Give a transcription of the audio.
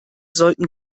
sollten